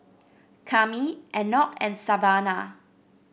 Kami Enoch and Savanna